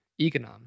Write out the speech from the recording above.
Econom